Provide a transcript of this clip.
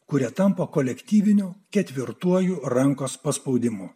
kuri tampa kolektyviniu ketvirtuoju rankos paspaudimu